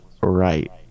right